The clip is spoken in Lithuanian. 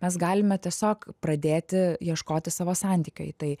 mes galime tiesiog pradėti ieškoti savo santykio į tai